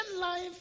life